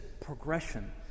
progression